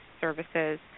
services